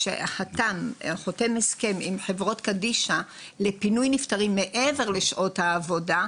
כשחותם הסכם עם חברות קדישא לפינוי נפטרים מעבר לשעות העבודה,